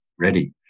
ready